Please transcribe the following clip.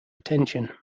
attention